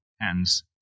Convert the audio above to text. hands